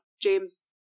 James